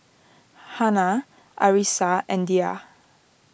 Hana Arissa and Dhia